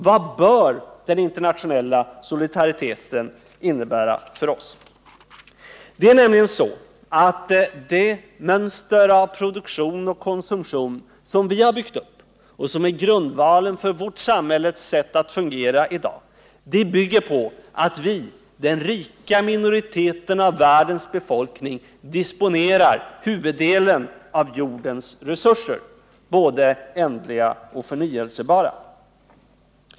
Vad bör den internationella solidariteten innebära för oss? Det är nämligen så att det mönster av produktion och konsumtion som vi har byggt upp och som är grundvalen för vårt samhälles sätt att fungera i dag bygger på att vi — den rika minoriteten av världens befolkning — disponerar huvuddelen av jordens resurser, både ändliga och förnyelsebara.